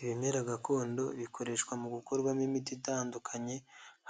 Ibimera gakondo bikoreshwa mu gukorwamo imiti itandukanye,